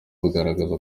bugaragara